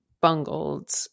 bungled